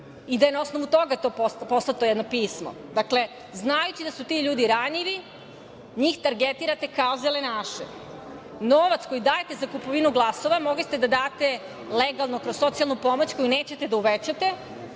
i da je na osnovu toga poslato jedno pismo. Dakle, znajući da su ti ljudi ranjivi, njih targetirate kao zelenaše. Novac koji dajete za kupovinu glasova mogli ste da date legalno kroz socijalnu pomoć koju nećete da uvećate.